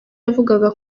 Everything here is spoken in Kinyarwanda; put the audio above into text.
yavuga